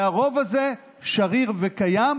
והרוב הזה שריר וקיים,